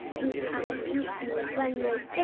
two eyes, two ears, one nose ah,